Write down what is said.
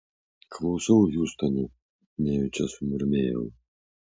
klausau hiūstone nejučia sumurmėjau